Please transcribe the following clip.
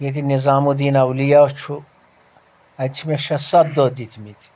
ییٚتہِ نظامالدین اولیا چھُ اتہِ چھِ مےٚ شیٚے ستھ دۄہ دِتمٕتۍ